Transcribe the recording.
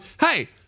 hey